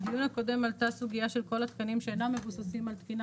בדיון הקודם עלתה סוגיה של כל התקנים שאינם מבוססים על תקינה